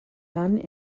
none